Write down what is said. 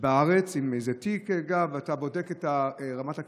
בארץ עם איזה תיק גב ואתה בודק את רמת הקליטה.